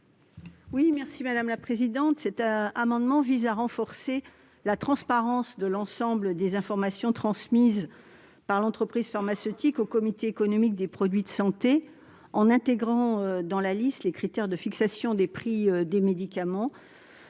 à Mme Laurence Cohen. Cet amendement vise à renforcer la transparence de l'ensemble des informations transmises par l'entreprise pharmaceutique au comité économique des produits de santé, en intégrant dans la liste les critères de fixation des prix des médicaments,